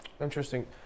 Interesting